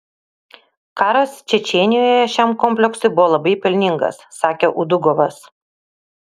karas čečėnijoje šiam kompleksui buvo labai pelningas sakė udugovas